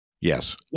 Yes